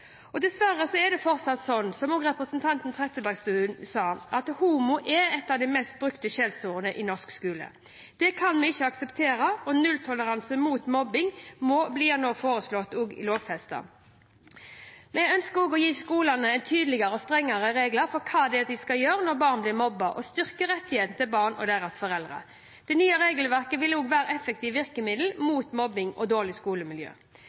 er det fortsatt sånn – som også representanten Trettebergstuen sa – at «homo» er et av de mest brukte skjellsordene i norsk skole. Det kan vi ikke akseptere. Nulltoleranse mot mobbing blir nå foreslått lovfestet. Vi ønsker å gi skolene tydeligere og strengere regler for hva de skal gjøre når barn blir mobbet, og styrker rettighetene til barna og deres foreldre. Det nye regelverket vil også være et effektivt virkemiddel mot mobbing og dårlig skolemiljø.